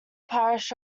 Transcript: parish